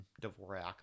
Dvorak